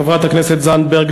חברת הכנסת זנדברג,